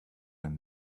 when